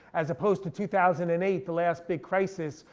as opposed to two thousand and eight, the last big crisis,